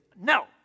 no